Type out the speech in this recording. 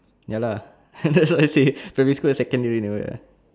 ya lah that's why I say primary school and secondary never ah